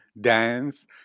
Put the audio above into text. dance